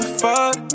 fuck